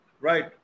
Right